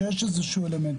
שיש איזשהו אלמנט?